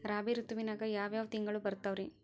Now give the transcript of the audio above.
ರಾಬಿ ಋತುವಿನಾಗ ಯಾವ್ ಯಾವ್ ತಿಂಗಳು ಬರ್ತಾವ್ ರೇ?